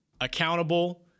accountable